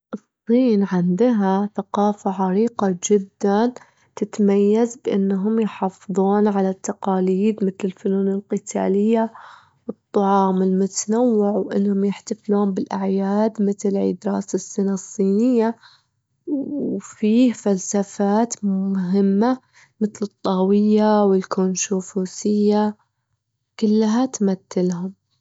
الصين عندها ثقافة عريقة جداً تتميز بأنهم يحافظون على التقاليد؛ متل الفنون القتالية والطعام المتنوع، وإنهم يحتفلون بالأعياد متل عيد رأس السنة الصينية، وفي فلسفات مهمة متل والكونفوشيوسية، كلها تمتلهم.